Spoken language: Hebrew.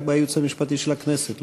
רק בייעוץ המשפטי של הכנסת,